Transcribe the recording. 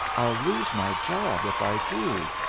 i'll lose my job if i do.